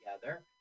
together –